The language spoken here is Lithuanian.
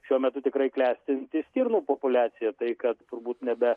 šiuo metu tikrai klestinti stirnų populiacija tai kad turbūt nebe